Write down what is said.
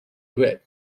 grip